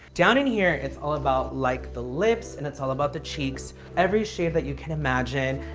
down in here it's all about like the lips, and it's all about the cheeks. every shade that you can imagine,